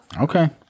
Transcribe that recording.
Okay